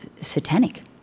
satanic